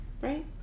Right